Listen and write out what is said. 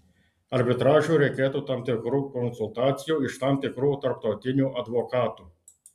arbitražui reikėtų tam tikrų konsultacijų iš tam tikrų tarptautinių advokatų